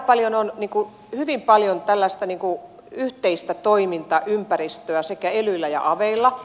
meillä on hyvin paljon tällaista yhteistä toimintaympäristöä sekä elyillä että aveilla